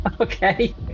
Okay